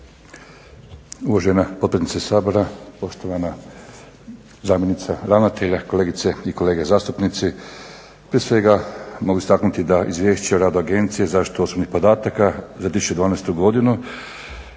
Uvažena potpredsjednice Sabora, poštovana zamjenica ravnatelja, kolegice i kolege zastupnici. Prije svega mogu istaknuti da izvješće o radu Agencije za zaštitu osobnih podataka za 2012.godinu